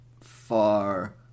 far